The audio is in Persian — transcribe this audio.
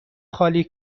خالی